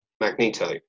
Magneto